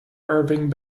irving